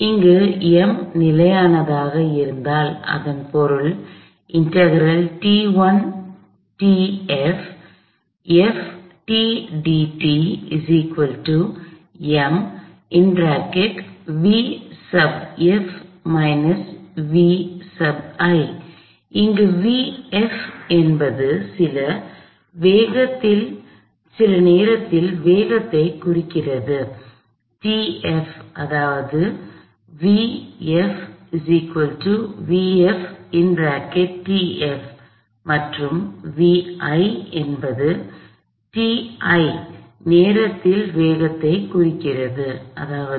இங்கு m நிலையானதாக இருந்தால் இதன் பொருள் இங்கு Vf என்பது சில நேரத்தில் வேகத்தை குறிக்கிறது tf அதாவது மற்றும் Vi என்பது ti நேரத்தில் வேகத்தை குறிக்கிறது அதாவது